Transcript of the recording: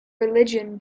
religion